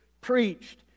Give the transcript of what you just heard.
preached